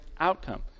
outcome